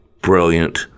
brilliant